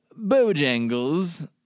Bojangles